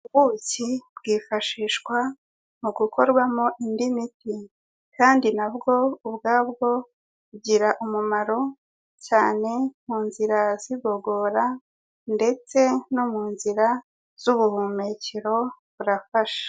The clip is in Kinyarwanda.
Ubuki bwifashishwa mu gukorwamo indi miti, kandi na bwo ubwabwo bugira umumaro cyane mu nzira z'igogora ndetse no mu nzira z'ubuhumekero burafasha.